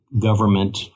government